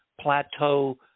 Plateau